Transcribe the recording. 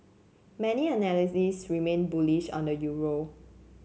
many analysts remain bullish on the euro